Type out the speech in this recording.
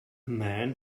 man